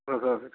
ಹೌದು ಹೌದುರೀ